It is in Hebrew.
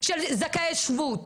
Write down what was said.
של זכאי שבות,